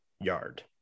Yard